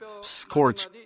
scorch